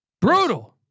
brutal